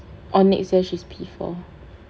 oh next year she is P four